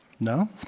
No